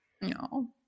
No